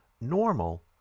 normal